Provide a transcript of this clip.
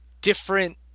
different